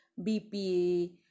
BPA